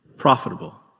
profitable